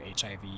HIV